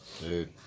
Dude